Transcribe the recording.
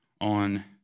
on